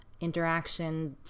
interaction